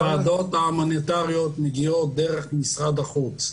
הוועדות ההומניטריות מגיעות דרך משרד החוץ.